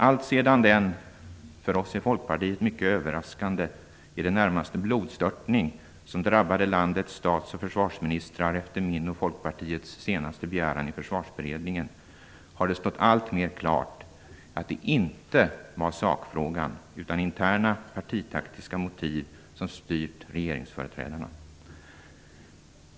Alltsedan den för oss i Folkpartiet mycket överraskande, i det närmaste blodstörtning, som drabbade landets stats och försvarsministrar efter min och Folkpartiets senaste begäran i Försvarsberedningen, har det stått alltmer klart att det inte var sakfrågan utan interna partitaktiska motiv som styrt regeringsföreträdarna.